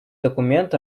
документ